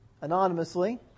anonymously